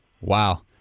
Wow